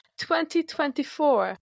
2024